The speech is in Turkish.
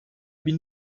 bin